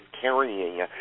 carrying